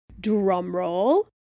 Drumroll